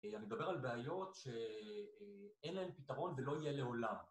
אני מדבר על בעיות שאין להן פתרון ולא יהיה לעולם.